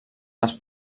les